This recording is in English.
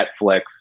Netflix